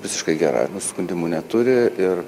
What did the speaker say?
visiškai gera nusiskundimų neturi ir